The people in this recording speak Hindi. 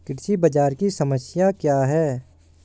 कृषि बाजार की समस्या क्या है?